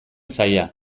zaila